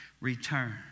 return